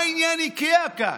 מה עניין איקאה כאן?